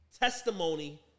testimony